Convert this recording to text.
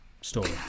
story